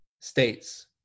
states